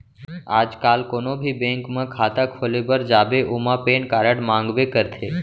आज काल कोनों भी बेंक म खाता खोले बर जाबे ओमा पेन कारड मांगबे करथे